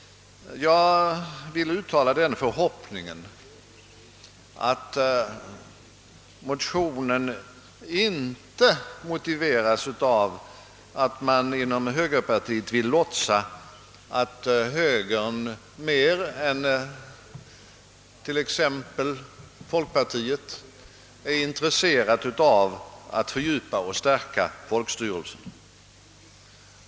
Jag vill uttala den förhoppningen att motionen inte motiveras av att högerpartiet vill låtsas att högern mer än t.ex. folkpartiet är intresserad av att fördjupa och stärka folkstyrelsen.